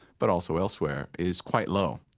but also elsewhere is quite low.